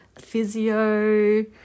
physio